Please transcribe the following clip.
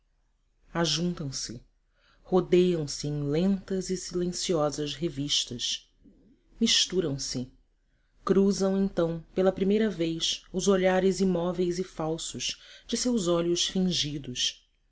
momentos ajuntam se rodeiam se em lentas e silenciosas revistas misturam se cruzam então pela primeira vez os olhares imóveis e falsos de seus olhos fingidos